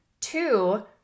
Two